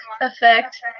effect